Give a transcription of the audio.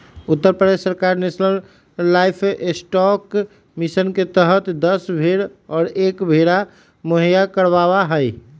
उत्तर प्रदेश सरकार national livestock mission के तहद दस भेंड़ और एक भेंड़ा मुहैया करवावा हई